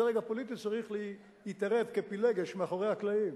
הדרג הפוליטי צריך להתערב כפילגש, מאחורי הקלעים,